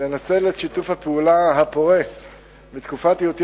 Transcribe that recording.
לנצל את שיתוף הפעולה הפורה מתקופת היותי